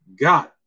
God